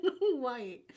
white